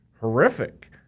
horrific